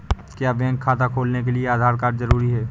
क्या बैंक खाता खोलने के लिए आधार कार्ड जरूरी है?